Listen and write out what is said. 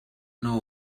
know